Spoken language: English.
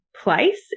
place